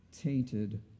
tainted